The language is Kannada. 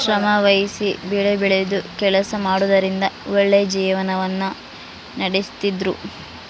ಶ್ರಮವಹಿಸಿ ಬೆಳೆಬೆಳೆದು ಕೆಲಸ ಮಾಡುವುದರಿಂದ ಒಳ್ಳೆಯ ಜೀವನವನ್ನ ನಡಿಸ್ತಿದ್ರು